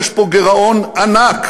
יש פה גירעון ענק